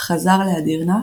חזר לאדירנה,